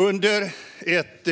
Under ett